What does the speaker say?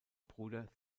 bruder